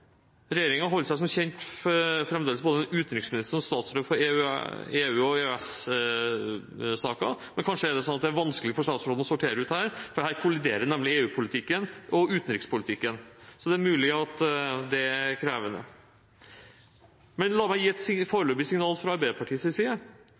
holder seg som kjent fremdeles med både en utenriksminister og en statsråd for EU- og EØS-saker, men kanskje er det vanskelig for statsråden å sortere ut her, for her kolliderer nemlig EU-politikken og utenrikspolitikken. Det er mulig at det er krevende. La meg gi et